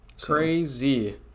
Crazy